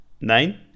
nine